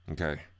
Okay